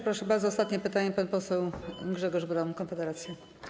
Proszę bardzo, ostatnie pytanie, pan poseł Grzegorz Braun, Konfederacja.